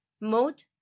mode